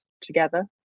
together